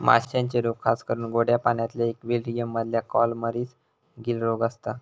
माश्यांचे रोग खासकरून गोड्या पाण्यातल्या इक्वेरियम मधल्या कॉलमरीस, गील रोग असता